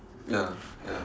ya ya